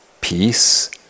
peace